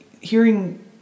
hearing